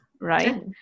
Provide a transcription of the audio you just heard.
Right